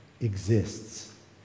exists